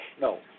no